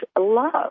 love